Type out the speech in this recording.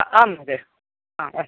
आम् महोदय अस्तु